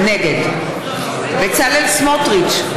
נגד בצלאל סמוטריץ,